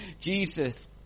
Jesus